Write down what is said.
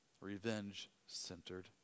revenge-centered